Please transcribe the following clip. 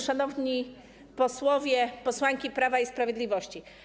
Szanowni Posłowie, Posłanki Prawa i Sprawiedliwości!